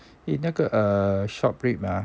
eh 那个 err short ribs ah